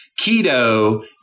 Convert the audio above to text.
keto